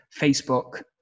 Facebook